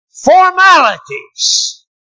formalities